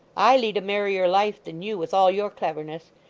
i lead a merrier life than you, with all your cleverness.